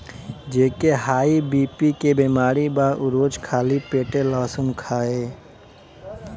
जेके high BP के बेमारी बा उ रोज खाली पेटे लहसुन खाए